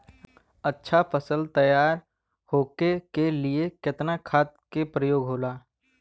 अच्छा फसल तैयार होके के लिए कितना खाद के प्रयोग होला?